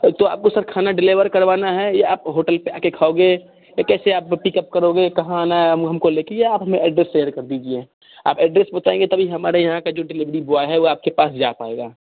तो आपको सर खाना डिलीवर करवाना है या होटल पर आ कर खाओगे या कैसे आप पिकअप करोगे कहाँ आना है हम हमको लिखिए या आप हमें एड्रेस शेयर कर दीजिए आप एड्रेस बताइए तभी हमारे यहाँ का जो डिलीवरी बॉय है वो आपके पास जा पाएगा